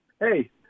hey